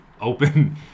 open